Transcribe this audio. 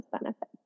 benefits